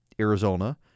Arizona